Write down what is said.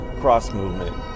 cross-movement